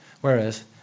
whereas